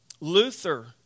Luther